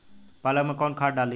पालक में कौन खाद डाली?